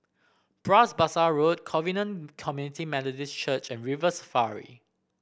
Bras Basah Road Covenant Community Methodist Church and River Safari